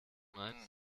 meinen